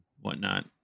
whatnot